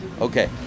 Okay